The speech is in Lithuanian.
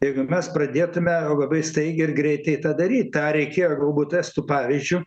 jeigu mes pradėtume labai staigiai ir greitai tą daryt tą reikėjo galbūt estų pavyzdžiu